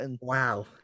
Wow